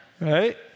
Right